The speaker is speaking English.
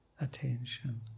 attention